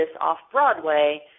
off-Broadway